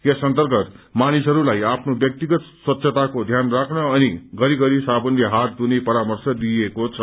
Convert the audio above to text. यस अन्तर्गत मानिसहरूलाई आफ्नो व्यक्तिगत स्वच्छताको ध्यान राख्न अनि घरि घरि साबुनले हात धुने परामर्श दिइएको छ